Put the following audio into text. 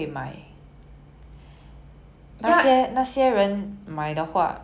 exactly so it's just like the top of my list of useless inventions lah